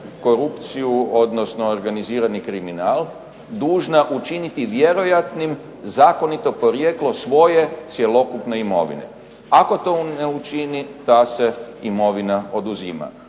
korupciju odnosno organizirani kriminal, dužna učiniti vjerojatnim zakonito porijeklo svoje cjelokupne imovine, ako to ne učini ta se imovina oduzima.